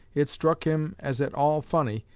it struck him as at all funny,